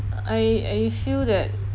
I I feel that